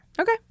Okay